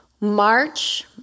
March